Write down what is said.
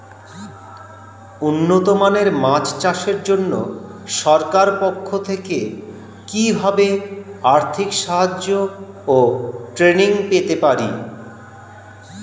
উন্নত মানের মাছ চাষের জন্য সরকার পক্ষ থেকে কিভাবে আর্থিক সাহায্য ও ট্রেনিং পেতে পারি?